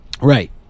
Right